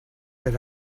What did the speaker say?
per